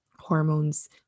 hormones